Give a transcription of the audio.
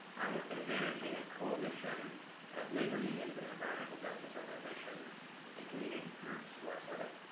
i have been managing a coalition of labor unions and environmental justice organizations and community groups who are, sort of,